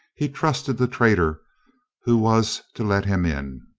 he trusted the traitor who was to let him in.